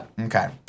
Okay